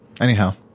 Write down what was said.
Anyhow